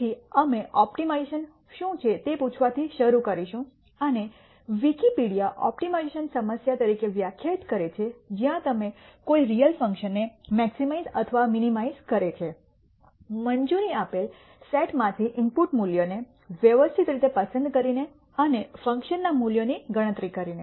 તેથી અમે ઓપ્ટિમાઇઝેશન શું છે તે પૂછવાથી શરૂ કરીશું અને વિકિપીડિયા ઓપ્ટિમાઇઝેશનને સમસ્યા તરીકે વ્યાખ્યાયિત કરે છે જ્યાં તમે કોઈ રીયલ ફંકશનને મેક્સિમાઈઝ અથવા મિનિમાઈઝ કરે છે મંજૂરી આપેલ સેટમાંથી ઇનપુટ મૂલ્યોને વ્યવસ્થિત રીતે પસંદ કરીને અને ફંકશનના મૂલ્યની ગણતરી કરીને